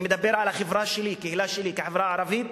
אני מדבר על החברה שלי, הקהילה שלי, כחברה ערבית,